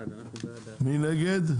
מי נגד?